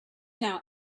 now